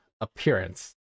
appearance